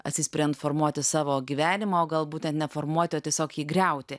atsispiriant formuoti savo gyvenimą o galbūt neformuoti o tiesiog jį griauti